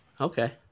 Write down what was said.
Okay